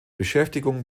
beschäftigung